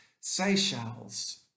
Seychelles